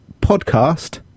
podcast